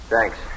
Thanks